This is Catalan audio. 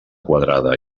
quadrada